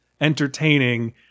entertaining